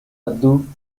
abdul